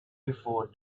before